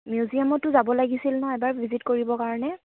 মিউজিয়ামতো যাব লাগিছিল নহয় এবাৰ ভিজিট কৰিবৰ কাৰণে